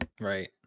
Right